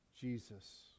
Jesus